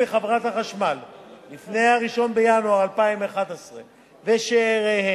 לפני 1 בינואר 2011 ושאיריהם,